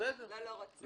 לא לא רוצה.